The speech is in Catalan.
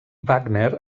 wagner